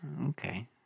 Okay